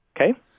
Okay